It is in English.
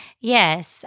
Yes